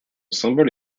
symbole